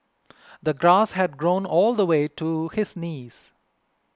the grass had grown all the way to his knees